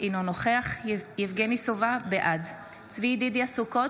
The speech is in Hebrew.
אינו נוכח יבגני סובה, בעד צבי ידידיה סוכות,